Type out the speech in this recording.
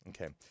Okay